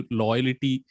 loyalty